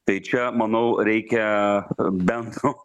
tai čia manau reikia bendro